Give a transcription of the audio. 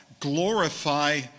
glorify